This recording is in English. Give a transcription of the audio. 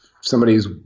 somebody's